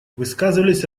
высказывались